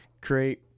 create